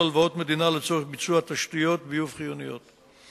תשובת שר התשתיות הלאומיות עוזי לנדאו: